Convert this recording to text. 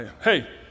hey